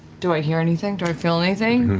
do i hear anything? do i feel anything?